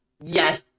Yes